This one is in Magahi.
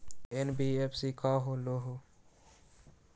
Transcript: एन.बी.एफ.सी का होलहु?